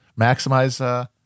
maximize